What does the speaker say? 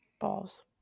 Balls